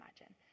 imagine